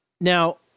Now